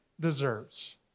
deserves